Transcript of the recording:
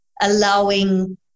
allowing